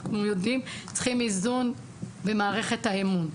אנחנו יודעים שצריך איזון במערכת האמון,